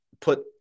put